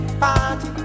party